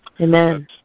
Amen